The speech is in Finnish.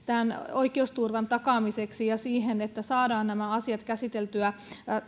oikeusturvan takaamiseksi ja siihen että saadaan nämä asiat käsiteltyä